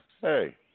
Hey